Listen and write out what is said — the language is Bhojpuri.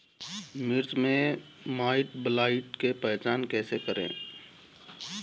मिर्च मे माईटब्लाइट के पहचान कैसे करे?